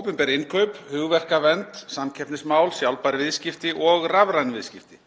opinber innkaup, hugverkavernd, samkeppnismál, sjálfbær viðskipti og rafræn viðskipti.